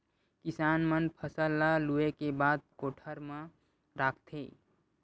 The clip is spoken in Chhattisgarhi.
किसान मन फसल ल लूए के बाद कोठर म राखथे